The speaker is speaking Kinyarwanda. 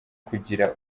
kugira